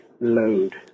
load